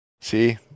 See